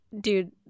dude